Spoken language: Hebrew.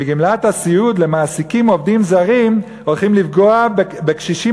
בגמלת הסיעוד למעסיקים עובדים זרים הולכים לפגוע בקשישים